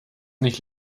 nicht